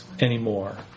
anymore